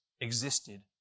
existed